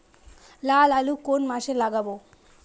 লাল আলু কোন মাসে লাগাব?